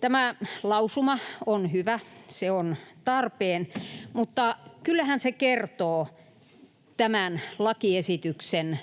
Tämä lausuma on hyvä, se on tarpeen, mutta kyllähän se kertoo tämän lakiesityksen